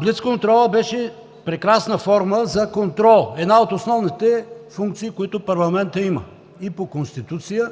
Блицконтролът беше прекрасна форма за контрол – една от основните функции, които парламентът има и по Конституция,